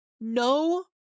No